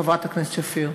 חברת הכנסת שפיר.